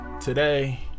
today